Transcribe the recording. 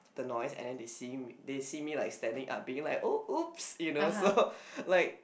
the noise and then they see me they see me like standing up being like oh !oops! you know so like